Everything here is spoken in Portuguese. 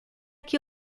que